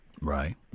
Right